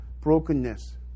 brokenness